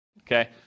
okay